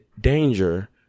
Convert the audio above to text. danger